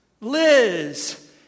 Liz